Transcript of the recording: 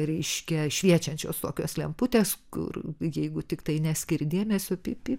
reiškiai šviečiančios tokios lemputės kur jeigu tiktai neskiri dėmesio tai tai